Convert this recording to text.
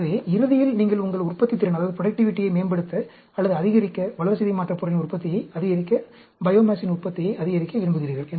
எனவே இறுதியில் நீங்கள் உங்கள் உற்பத்தித்திறனை மேம்படுத்த அல்லது அதிகரிக்க வளர்சிதை மாற்றப் பொருளின் உற்பத்தியை அதிகரிக்க பையோமாஸின் உற்பத்தியை அதிகரிக்க விரும்புகிறீர்கள்